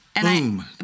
Boom